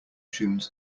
tunes